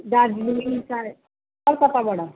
दार्जिलिङ काले कलकत्ताबाट